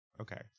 Okay